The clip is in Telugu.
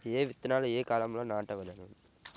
ఏ విత్తనాలు ఏ కాలాలలో నాటవలెను?